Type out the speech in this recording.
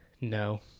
No